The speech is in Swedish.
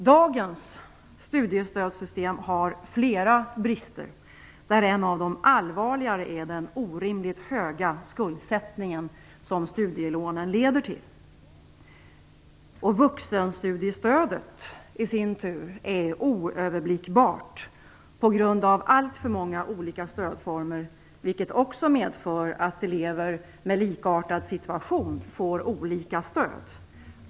Dagens studiestödssystem har flera brister, där en av de allvarligare är den orimligt höga skuldsättning som studielånen leder till. Vuxenstudiestödet i sin tur är oöverblickbart på grund av alltför många olika stödformer. Det medför också att elever med likartad situation får olika stöd.